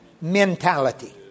mentality